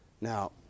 Now